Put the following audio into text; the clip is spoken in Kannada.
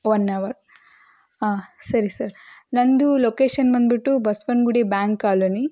ಒನ್ ಅವರ್ ಹಾಂ ಸರಿ ಸರ್ ನನ್ನದು ಲೊಕೇಶನ್ ಬಂದುಬಿಟ್ಟು ಬಸವನಗುಡಿ ಬ್ಯಾಂಕ್ ಕಾಲೋನಿ